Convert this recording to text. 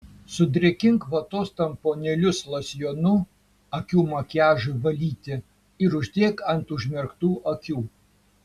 sudrėkink vatos tamponėlius losjonu akių makiažui valyti ir uždėk ant užmerktų akių